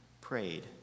prayed